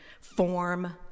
form